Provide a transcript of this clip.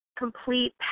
complete